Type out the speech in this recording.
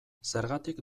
zergatik